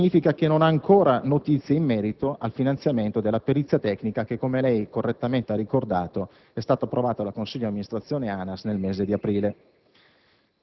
e ciò significa che non ha ancora avuto notizie in merito al finanziamento della perizia tecnica che, come lei correttamente ha ricordato, è stato approvato dal consiglio di amministrazione dell'ANAS nel mese di aprile.